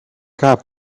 cop